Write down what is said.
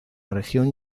región